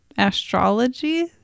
Astrology